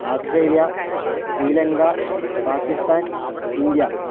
Australia Sri Lanka Pakistan India